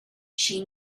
she